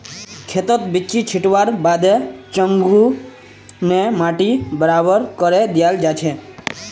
खेतत बिच्ची छिटवार बादे चंघू ने माटी बराबर करे दियाल जाछेक